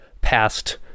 past